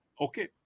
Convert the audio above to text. okay